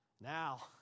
Now